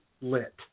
lit